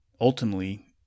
ultimately